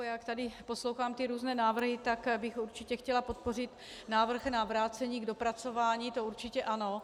Jak tady poslouchám ty různé návrhy, tak bych určitě chtěla podpořit návrh na vrácení k dopracování, to určitě ano.